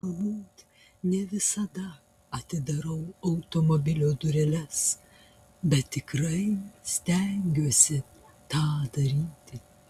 galbūt ne visada atidarau automobilio dureles bet tikrai stengiuosi tą daryti